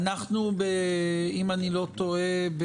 אם אני לא טועה,